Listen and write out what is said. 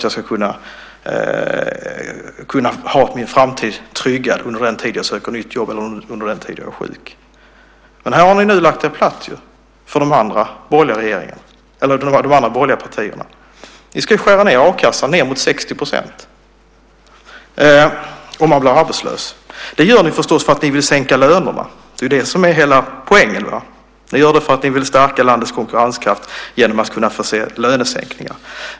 Jag ska kunna ha min framtid tryggad under den tid jag söker nytt jobb eller under den tid jag är sjuk. Men här har ni lagt er platt för de andra borgerliga partierna. Ni ska ju skära ned a-kassan mot 60 % om man blir arbetslös. Det gör ni förstås för att ni vill sänka lönerna. Det är det som är hela poängen. Ni gör det för att ni vill stärka landets konkurrenskraft genom lönesänkningar.